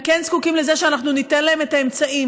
הם כן זקוקים לזה שאנחנו ניתן להם את האמצעים,